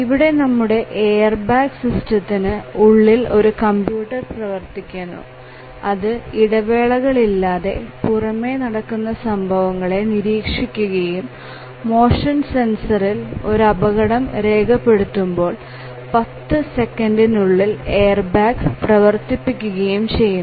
ഇവിടെ നമ്മുടെ എയർബാഗ് സിസ്റ്റത്തിന് ഉള്ളിൽ ഒരു കമ്പ്യൂട്ടർ പ്രവർത്തിക്കുന്നു അത് ഇടവേളയില്ലാതെ പുറമേ നടക്കുന്ന സംഭവങ്ങളെ നിരീക്ഷിക്കുകയും മോഷൻ സെൻസറിൽ ഒരു അപകടം രേഖപ്പെടുത്തുമ്പോൾ 10 സെക്കൻഡിനുള്ളിൽ എയർബാഗ് പ്രവർത്തിപ്പിക്കുകയും ചെയ്യുന്നു